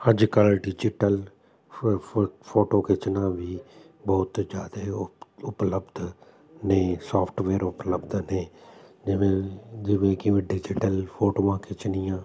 ਅੱਜ ਕੱਲ੍ਹ ਡਿਜੀਟਲ ਫ ਫੋ ਫੋਟੋ ਖਿੱਚਣਾ ਵੀ ਬਹੁਤ ਜ਼ਿਆਦਾ ਉਪ ਉਪਲਬਧ ਨੇ ਸੋਫਟਵੇਅਰ ਉਪਲਬਧ ਨੇ ਜਿਵੇਂ ਜਿਵੇਂ ਕਿ ਵੀ ਡਿਜੀਟਲ ਫੋਟੋਆਂ ਖਿੱਚਣੀਆਂ